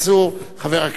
חבר הכנסת.